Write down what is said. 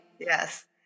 Yes